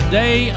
day